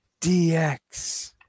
DX